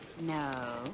No